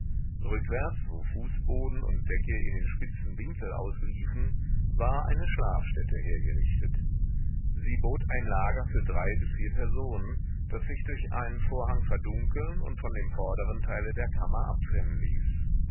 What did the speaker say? rückwärts wo fußboden und decke in den spitzen winkel ausliefen war eine schlafstätte hergerichtet sie bot ein lager für drei bis vier personen das sich durch einen vorhang verdunkeln und von dem vorderen teile der kammer abtrennen ließ